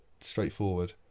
straightforward